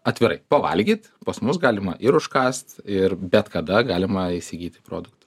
atvirai pavalgyt pas mus galima ir užkąst ir bet kada galima įsigyti produktų